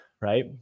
right